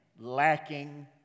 lacking